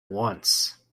once